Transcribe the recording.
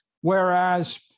Whereas